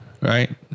right